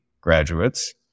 graduates